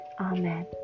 Amen